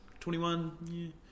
21